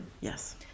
yes